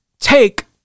take